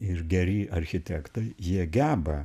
ir geri architektai jie geba